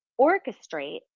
orchestrate